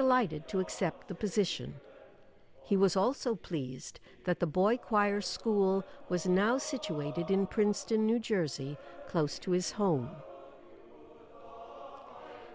delighted to accept the position he was also pleased that the boy choir school was now situated in princeton new jersey close to his home